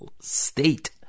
state